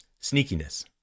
sneakiness